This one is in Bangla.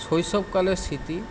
শৈশবকালের স্মৃতি